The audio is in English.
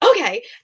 okay